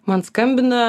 man skambina